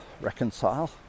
reconcile